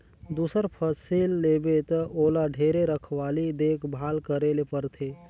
दूसर फसिल लेबे त ओला ढेरे रखवाली देख भाल करे ले परथे